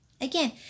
again